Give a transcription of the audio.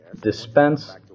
dispense